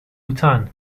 bhutan